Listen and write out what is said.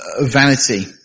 vanity